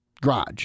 garage